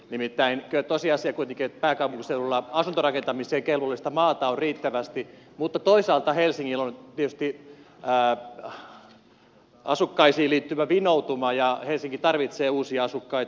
nimittäin kyllä tosiasia kuitenkin on että pääkaupunkiseudulla asuntorakentamiseen kelvollista maata on riittävästi mutta toisaalta helsingillä on tietysti asukkaisiin liittyvä vinoutuma ja helsinki tarvitsee uusia asukkaita